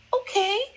okay